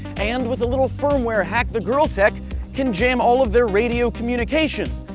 and with a little firmware hack the girltech can jam all of their radio communications.